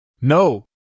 No